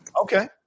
Okay